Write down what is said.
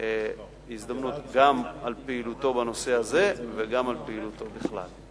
גם על פעילותו בנושא הזה וגם על פעילותו בכלל.